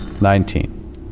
Nineteen